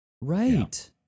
Right